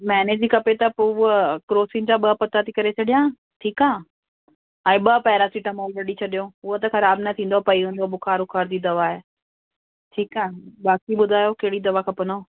महीने जी खपे त पोइ हूअ क्रोसिन जा ॿ पत्ता थी करे छॾियां ठीकु आहे ऐं ॿ पैरासिटामोल कढी छॾियो उहा त ख़राब न थींदव पई हूंदियूं बुखार वुखार जी दवा आहे ठीकु आहे बाक़ी ॿुधायो कहिड़ी दवा खपंदव